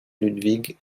ludvig